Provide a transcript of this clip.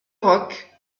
roques